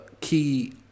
key